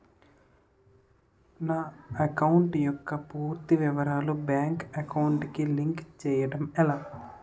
నా అకౌంట్ యెక్క పూర్తి వివరాలు బ్యాంక్ అకౌంట్ కి లింక్ చేయడం ఎలా?